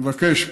מבקש,